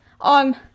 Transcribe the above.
on